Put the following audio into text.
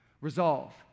Resolve